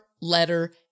letter